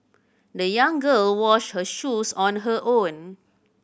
the young girl washed her shoes on her own